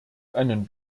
einen